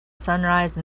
sunrise